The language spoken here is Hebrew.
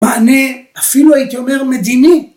מענה אפילו הייתי אומר מדיני.